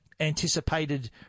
anticipated